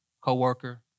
co-worker